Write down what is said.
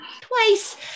twice